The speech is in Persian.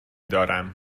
دارم